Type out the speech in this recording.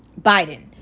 Biden